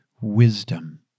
wisdom